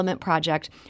project